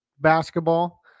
basketball